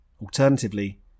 Alternatively